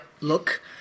look